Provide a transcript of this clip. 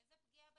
איזו פגיעה?